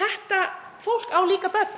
Þetta fólk á líka börn.